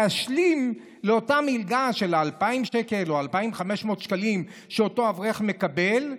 להשלים לאותה מלגה של 2,000 שקלים או 2,500 שקלים שאותו אברך מקבל,